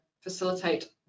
facilitate